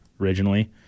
Originally